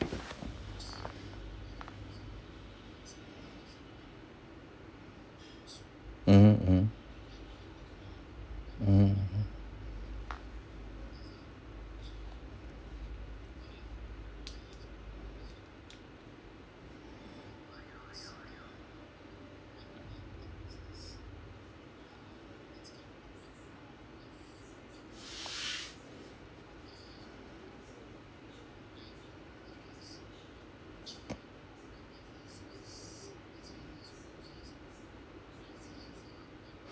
mmhmm mm mmhmm mm